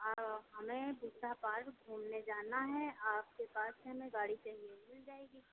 हाँ हमें पार्क घूमने जाना है आपके पास से हमें गाड़ी चाहिए मिल जाएगी